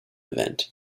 event